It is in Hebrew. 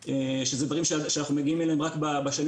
שזה דברים שאנחנו מגיעים אליהם רק בשנים